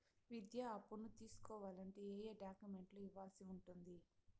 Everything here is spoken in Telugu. విద్యా అప్పును తీసుకోవాలంటే ఏ ఏ డాక్యుమెంట్లు ఇవ్వాల్సి ఉంటుంది